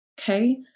okay